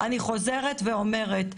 אני חוזרת ואומרת,